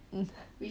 mm